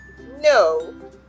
No